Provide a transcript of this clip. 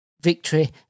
victory